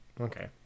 okay